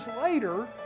later